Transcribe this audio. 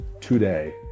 today